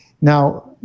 Now